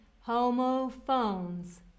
Homophones